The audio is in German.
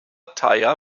thaya